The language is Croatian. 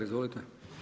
Izvolite.